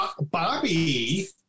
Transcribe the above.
Bobby